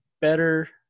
better